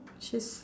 she's